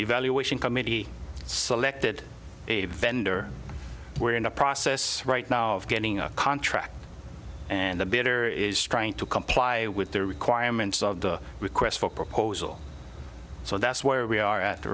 evaluation committee selected a vendor were in the process right now of getting a contract and the better is trying to comply with the requirements of the request for proposal so that's where we are at